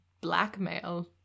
blackmail